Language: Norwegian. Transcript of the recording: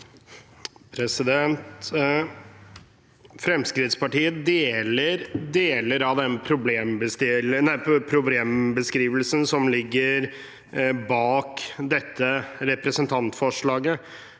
Fremskrittspartiet deler deler av problembeskrivelsen som ligger bak dette representantforslaget.